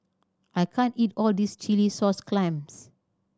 I can't eat all this chilli sauce clams